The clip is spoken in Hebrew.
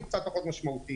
הוא קצת פחות משמעותי.